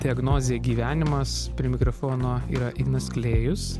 diagnozė gyvenimas prie mikrofono yra ignas klėjus